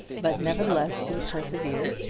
but nevertheless, he persevered,